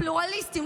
פלורליסטים,